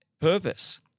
purpose